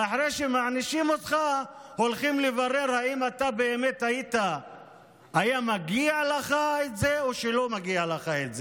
ואחרי שמענישים אותך הולכים לברר אם באמת זה הגיע לך או שזה לא הגיע לך.